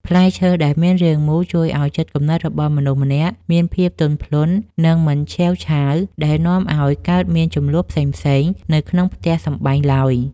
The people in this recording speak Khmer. ផ្លែឈើដែលមានរាងមូលជួយឱ្យចិត្តគំនិតរបស់មនុស្សម្នាក់ៗមានភាពទន់ភ្លន់ និង មិនឆេវឆាវដែលនាំឱ្យកើតមានជម្លោះផ្សេងៗនៅក្នុងផ្ទះសម្បែងឡើយ។